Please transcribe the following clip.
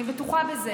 אני בטוחה בזה.